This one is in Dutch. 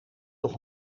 nog